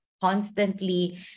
constantly